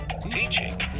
teaching